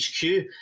HQ